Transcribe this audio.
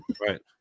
Right